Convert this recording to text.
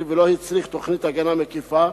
ולא הצריך תוכנית הגנה מקיפה,